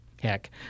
Heck